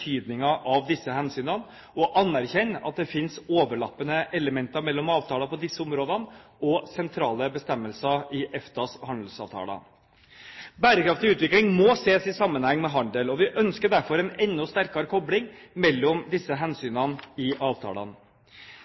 av disse hensynene og anerkjenne at det finnes overlappende elementer mellom avtaler på disse områdene og sentrale bestemmelser i EFTAs handelsavtaler. Bærekraftig utvikling må ses i sammenheng med handel, og vi ønsker derfor en enda sterkere kobling til disse hensynene i avtalene.